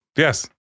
Yes